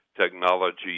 technology